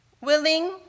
willing